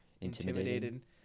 Intimidated